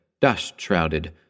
dust-shrouded